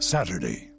Saturday